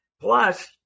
Plus